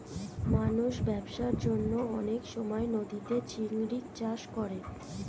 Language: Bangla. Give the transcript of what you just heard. মানুষ ব্যবসার জন্যে অনেক সময় নদীতে চিংড়ির চাষ করে